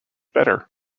better